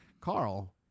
Carl